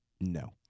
No